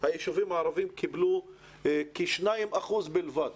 היישובים הערביים קיבלו כ-2% בלבד